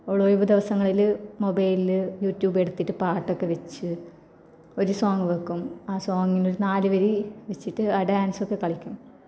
അവൾ ഒഴിവ് ദിവസങ്ങളിൽ മൊബൈലിൽ യൂറ്റൂബെടുത്തിട്ട് പാട്ടൊക്കെ വെച്ച് ഒരു സോങ്ങ് വെക്കും ആ സോങ്ങിനൊരു നാല് വരി വെച്ചിട്ട് ആ ഡാന്സൊക്കെ കളിക്കും